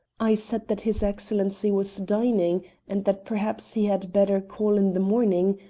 i said that his excellency was dining and that perhaps he had better call in the morning,